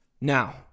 Now